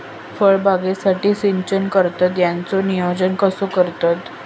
फळबागेसाठी सिंचन करतत त्याचो नियोजन कसो करतत?